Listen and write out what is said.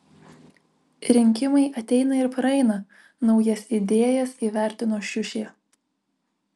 rinkimai ateina ir praeina naujas idėjas įvertino šiušė